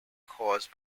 caused